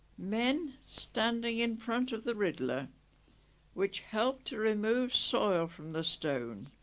men standing in front of the riddler which helped to remove soil from the stone.